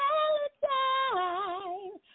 Valentine